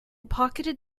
pocketed